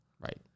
Right